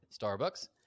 Starbucks